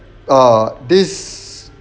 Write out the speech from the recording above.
ah this